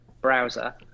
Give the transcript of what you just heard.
browser